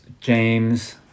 James